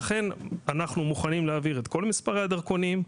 לכן אנחנו מוכנים להעביר את כל מספרי הדרכונים.